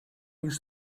już